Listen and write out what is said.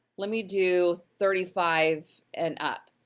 let me do thirty five and up.